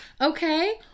okay